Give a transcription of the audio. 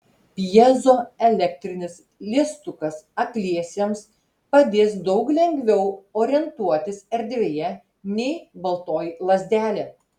pjezoelektrinis liestukas akliesiems padės daug lengviau orientuotis erdvėje nei baltoji lazdelė